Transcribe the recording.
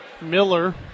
Miller